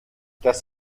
das